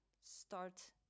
start